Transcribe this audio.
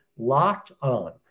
LOCKEDON